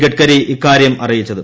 ഗഡ്കരി ഇക്കാര്യം അറിയിച്ചത്